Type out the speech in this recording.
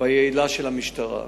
והיעילה של המשטרה.